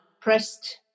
pressed